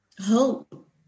Hope